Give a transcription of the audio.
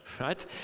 right